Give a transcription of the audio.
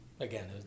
Again